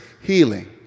healing